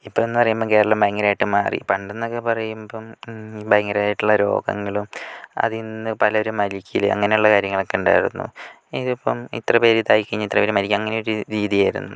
ഇപ്പഴെന്ന് പറയുമ്പോൾ കേരളം ഭയങ്കരമായിട്ട് മാറി പണ്ടെന്നൊക്കെ പറയുമ്പം ഭയങ്കരായിട്ടുള്ള രോഗങ്ങളും അതിൽ നിന്ന് പലരും മരിക്കല് അങ്ങനെയുള്ള കാര്യങ്ങളൊക്കെ ഉണ്ടായിരുന്നു ഇതിപ്പം ഇത്ര പേര് ഇതായി കഴിഞ്ഞ് ഇത്ര പേര് മരിക്കുക അങ്ങനെ ഒര് രീതിയായിരുന്നു